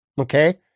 Okay